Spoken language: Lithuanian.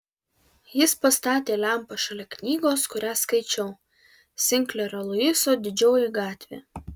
jis pastatė lempą šalia knygos kurią skaičiau sinklerio luiso didžioji gatvė